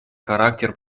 характер